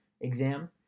exam